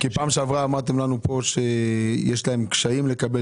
כי פעם שעברה אמרתם לנו פה שיש להם קשיים לקבל